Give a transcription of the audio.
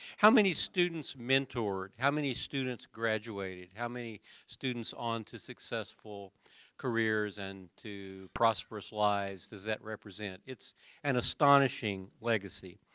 how many students mentored? how many students graduated? how many students onto successful careers and to prosperous lives does that represent? it's an astonishing legacy.